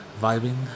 Vibing